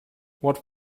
what